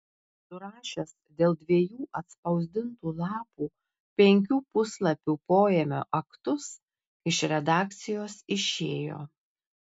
surašęs dėl dviejų atspausdintų lapų penkių puslapių poėmio aktus iš redakcijos išėjo